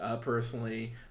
personally